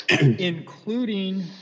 Including